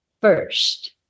first